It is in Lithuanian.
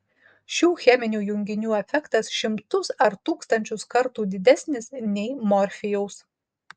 šių cheminių junginių efektas šimtus ar tūkstančius kartų didesnis nei morfijaus